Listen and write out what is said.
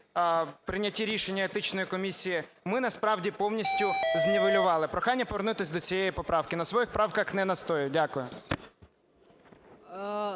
прийнятті рішення етичної комісії, ми насправді повністю знівелювали. Прохання повернутись до цієї поправки. На своїх правках не настоюю. Дякую.